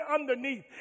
underneath